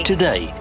Today